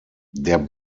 der